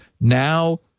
now